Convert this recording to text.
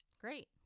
Great